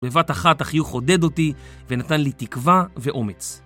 בבת אחת החיוך עודד אותי ונתן לי תקווה ואומץ.